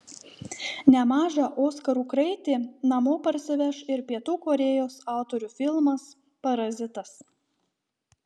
nemažą oskarų kraitį namo parsiveš ir pietų korėjos autorių filmas parazitas